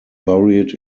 buried